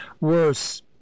worse